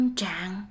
trạng